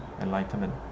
enlightenment